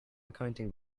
accounting